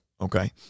Okay